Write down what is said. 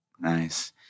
Nice